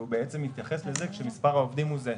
והוא בעצם התייחס לזה כשמספר העובדים הוא זהה.